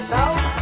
South